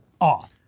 off